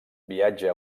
viatja